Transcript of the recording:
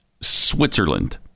Switzerland